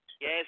Yes